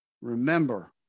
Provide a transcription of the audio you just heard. Remember